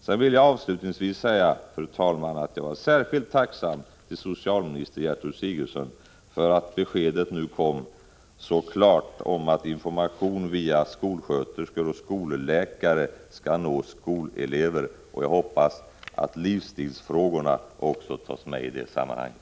Sedan vill jag avslutningsvis säga, fru talman, att jag är särskilt tacksam mot socialminister Gertrud Sigurdsen för att beskedet nu kom så klart, att information via skolsköterska och skolläkare skall nå skolelever. Jag hoppas att livsstilsfrågorna också tas med i det sammanhanget.